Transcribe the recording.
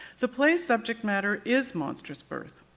the play's subject matter is monstrous birth.